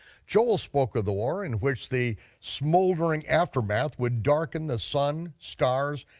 joel spoke of the war in which the smoldering aftermath would darken the sun, stars,